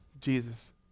Jesus